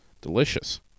Delicious